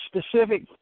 specific